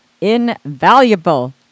Invaluable